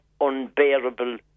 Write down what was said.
unbearable